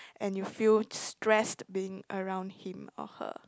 and you feel stressed being around him or her